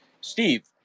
steve